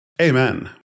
Amen